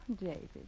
David